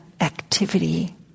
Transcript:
activity